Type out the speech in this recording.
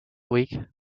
week